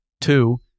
Two